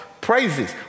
praises